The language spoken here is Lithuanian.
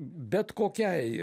bet kokiai